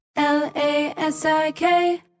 L-A-S-I-K